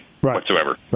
whatsoever